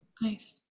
Nice